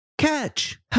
Catch